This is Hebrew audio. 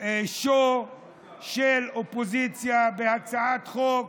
שואו של האופוזיציה בהצעות חוק